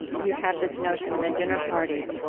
you had this notion in the dinner party,